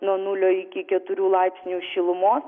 nuo nulio iki keturių laipsnių šilumos